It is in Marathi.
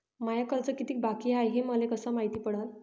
माय कर्ज कितीक बाकी हाय, हे मले कस मायती पडन?